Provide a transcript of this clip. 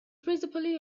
principally